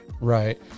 Right